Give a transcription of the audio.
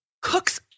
Cooks